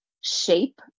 shape